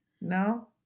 No